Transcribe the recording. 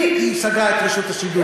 היא סגרה את רשות השידור,